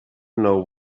know